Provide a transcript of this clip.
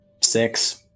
Six